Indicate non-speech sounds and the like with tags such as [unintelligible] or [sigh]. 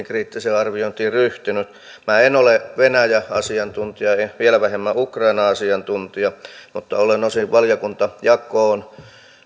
[unintelligible] kriittiseen arviointiin ryhtynyt minä en ole venäjä asiantuntija ja vielä vähemmän ukraina asiantuntija mutta olen osin valiokuntajakoon